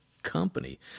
company